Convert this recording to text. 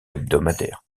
hebdomadaires